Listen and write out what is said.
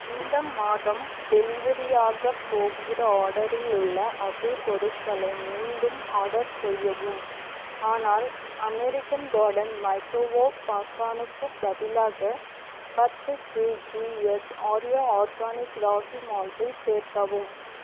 இந்த மாதம் டெலிவரியாக போகிற ஆர்டரில் உள்ள அதே பொருட்களை மீண்டும் ஆர்டர் செய்யவும் ஆனால் அமெரிக்கன் கார்டன் மைக்ரோவோவ் பாப்கார்னுக்குப் பதிலாக பத்து கேஜிஎஸ் ஆர்யா ஆர்கானிக் ராகி மால்ட்டை சேர்க்கவும்